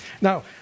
Now